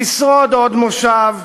תשרוד עוד מושב,